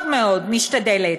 מאוד מאוד משתדלת.